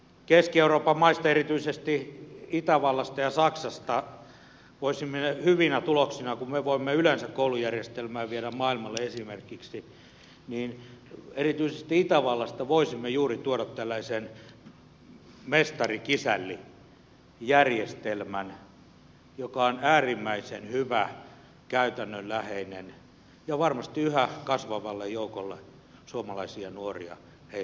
keski euroopan maista erityisesti itävallasta ja saksasta kun me voimme yleensä koulujärjestelmää viedä maailmalle esimerkiksi voisimme tuoda juuri mestarikisälli järjestelmän joka on äärimmäisen hyvä käytännönläheinen ja varmasti yhä kasvavalle joukolle suomalaisia nuoria sopiva